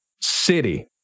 city